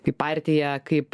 į partiją kaip